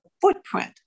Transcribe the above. footprint